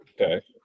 Okay